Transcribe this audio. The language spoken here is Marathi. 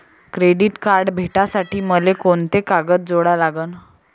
क्रेडिट कार्ड भेटासाठी मले कोंते कागद जोडा लागन?